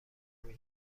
نمی